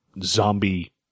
zombie